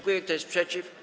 Kto jest przeciw?